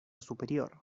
superior